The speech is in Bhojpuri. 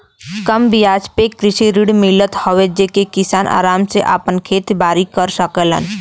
कम बियाज पे कृषि ऋण मिलत हौ जेसे किसान आराम से आपन खेती बारी कर सकेलन